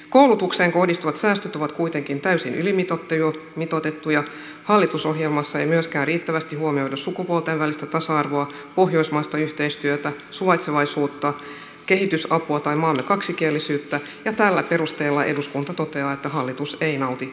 koulutukseen kohdistuvat säästöt ovat kuitenkin täysin ylimitoitettuja hallitusohjelmassa ei myöskään riittävästi huomioida sukupuolten välistä tasa arvoa pohjoismaista yhteistyötä suvaitsevaisuutta kehitysapua tai maamme kaksikielisyyttä ja tällä perusteella eduskunta toteaa että hallitus ei nauti eduskunnan luottamusta